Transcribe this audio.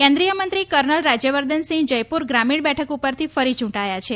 કેન્દ્રિયમંત્રી કર્નલ રાજયવર્ધનસિંહ જયપુર ગ્રામીણ બેઠક પરથી ફરી ચૂંટાયા છે